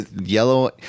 Yellow